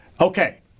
okay